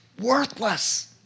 worthless